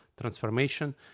transformation